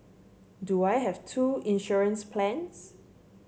do I have two insurance plans